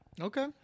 Okay